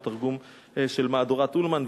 הוא תרגום של מהדורת אולמן,